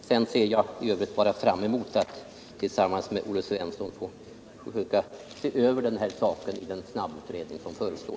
I övrigt ser jag bara fram emot att tillsammans med Olle Svensson försöka se över detta i den snabbutredning som förestår.